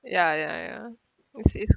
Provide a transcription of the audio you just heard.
ya ya ya as if